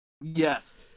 Yes